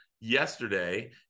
yesterday